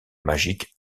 magiques